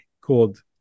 called